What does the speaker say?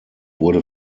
wurde